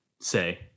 say